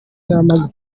yamaze